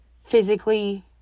physically